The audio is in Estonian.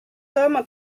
saama